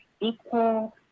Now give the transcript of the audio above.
equal